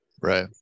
Right